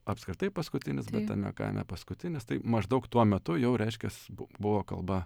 apskritai paskutinis bet tame kaime paskutinis tai maždaug tuo metu jau reiškias bu buvo kalba